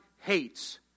hates